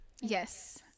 Yes